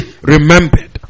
remembered